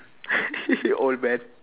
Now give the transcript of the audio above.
old man